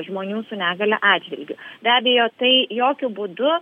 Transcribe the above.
žmonių su negalia atžvilgiu be abejo tai jokiu būdu